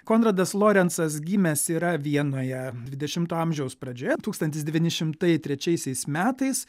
konradas lorencas gimęs yra vienoje dvidešimto amžiaus pradžioje tūkstantis devyni šimtai trečiaisiais metais